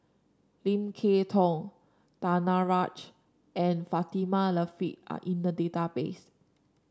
Lim Kay Tong Danaraj and Fatimah Lateef are in the database